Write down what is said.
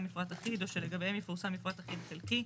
מפרט אחיד או שלגביהם יפורסם מפרט אחיד חלקי,